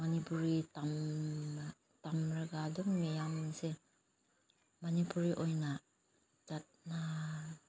ꯃꯅꯤꯄꯨꯔꯤ ꯇꯝꯂꯒ ꯑꯗꯨꯝ ꯃꯤꯌꯥꯝꯁꯦ ꯃꯅꯤꯄꯨꯔꯤ ꯑꯣꯏꯅ ꯆꯠꯅ